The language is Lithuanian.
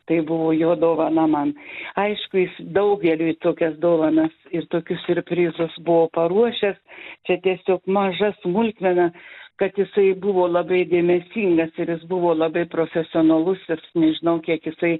tai buvo jo dovana man aišku jis daugeliui tokias dovanas ir tokius siurprizus buvo paruošęs čia tiesiog maža smulkmena kad jisai buvo labai dėmesingas ir jis buvo labai profesionalus nežinau kiek jisai